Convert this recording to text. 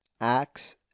acts